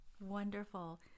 Wonderful